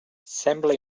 sembla